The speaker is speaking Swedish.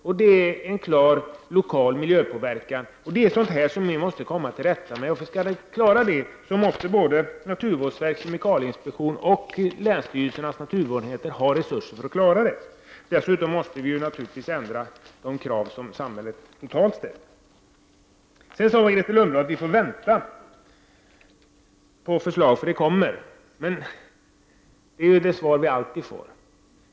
Det är en klar lokal miljöpåverkan. Det är ett problem som vi måste försöka lösa. För att kunna göra det måste både naturvårdsverket och kemikalieinspektionen samt länsstyrelsernas naturvårdsenheter få resurser. Dessutom måste vi ändra de krav som samhället för närvarande ställer. Grethe Lundblad sade att vi får vänta på de förslag som kommer. Det är det svar vi alltid får.